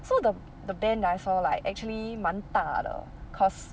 so the the band that I saw like actually 蛮大的 cause